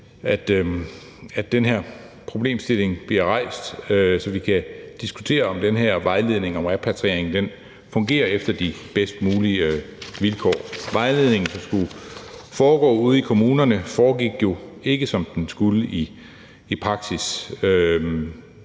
at den her problemstilling bliver rejst, så vi kan diskutere, om den her vejledning om repatriering fungerer efter de bedst mulige vilkår. Vejledningen, der skulle foregå ude i kommunerne, foregik jo ikke, som den skulle, i praksis.